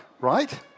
right